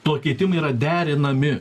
tuo keitimai yra derinami